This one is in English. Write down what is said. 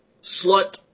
slut